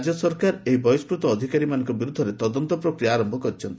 ରାଜ୍ୟ ସରକାର ଏହି ବହିଷ୍କୃତ ଅଧିକାରୀମାନଙ୍କ ବିରୁଦ୍ଧରେ ତଦନ୍ତ ପ୍ରକ୍ରିୟା ଆରମ୍ଭ କରିଛନ୍ତି